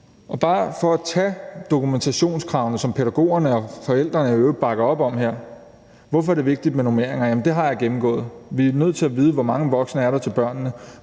for at tage dokumentationskravene, som pædagogerne og forældrene i øvrigt bakker op om her. Hvorfor er det vigtigt med normeringer? Jamen det har jeg gennemgået: Vi er nødt til at vide, hvor mange voksne der er til børnene.